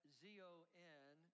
z-o-n